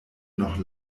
noch